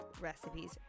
recipes